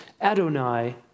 Adonai